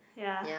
ya